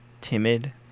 Timid